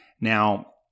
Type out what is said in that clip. Now